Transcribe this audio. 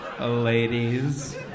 ladies